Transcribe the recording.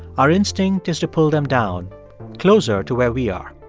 our instinct is to pull them down closer to where we are.